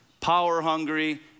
power-hungry